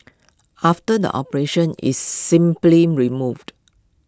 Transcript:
after the operation it's simply removed